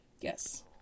Yes